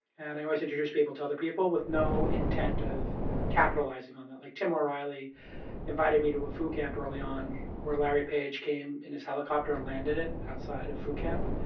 and i always introduce people to other people with no intent of capitalizing on them. like tim o'reilly invited me to a food camp early on where larry page came in his helicopter and landed it outside of food camp.